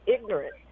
ignorant